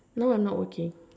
no I'm not working